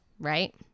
right